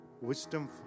wisdom